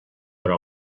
però